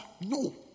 No